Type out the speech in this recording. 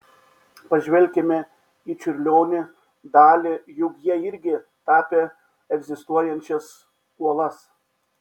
pažvelkime į čiurlionį dali juk jie irgi tapė egzistuojančias uolas